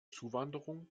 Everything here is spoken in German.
zuwanderung